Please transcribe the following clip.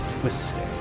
twisting